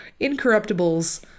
incorruptibles